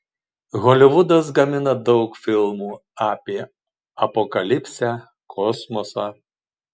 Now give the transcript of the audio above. holivudas gamina daug filmų apie apokalipsę kosmosą